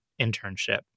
internship